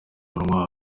umunwa